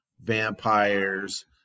vampires